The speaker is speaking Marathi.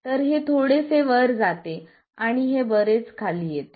तर हे थोडेसे वर जाते आणि हे बरेच खाली येते